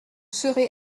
serez